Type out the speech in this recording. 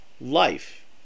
life